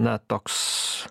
na toks